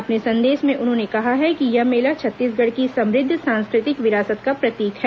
अपने संदेश में उन्होंने कहा है कि यह मेला छत्तीसगढ़ की समृद्ध सांस्कृतिक विरासत का प्रतीक है